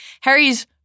Harry's